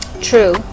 true